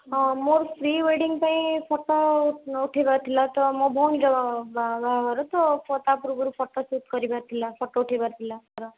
ହଁ ମୋର ପ୍ରୀୱେଡିଂ ପାଇଁ ଫଟୋ ଉଠେଇବାର ଥିଲା ତ ମୋ ଭଉଣୀର ବାହାଘର ତା'ପୂର୍ବରୁ ଫଟୋସୁଟ୍ କରିବାର ଥିଲା ଫଟୋ ଉଠେଇବାର ଥିଲା ତା'ର